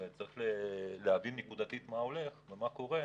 וצריך להבין נקודתית מה הולך ומה קורה,